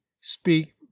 speak